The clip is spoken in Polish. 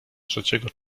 trzeciego